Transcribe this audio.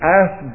ask